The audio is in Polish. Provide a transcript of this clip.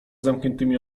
zamkniętymi